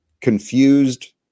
confused